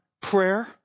prayer